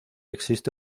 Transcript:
existe